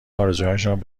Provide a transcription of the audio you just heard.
آرزوهایشان